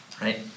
right